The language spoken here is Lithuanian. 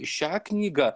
šią knygą